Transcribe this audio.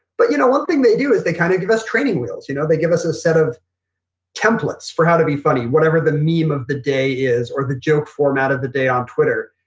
but you know one thing they do is they kind of give us training wheels. you know they give us a set of templates for how to be funny. whatever the meme of the day is or the joke format of the day on twitter.